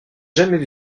jamais